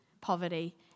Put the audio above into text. poverty